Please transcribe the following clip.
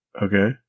Okay